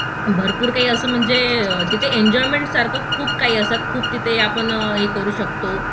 भरपूर काही असं म्हणजे तिथे एन्जॉयमेंटसारखं खूप काही असतात खूप तिथे आपण हे करू शकतो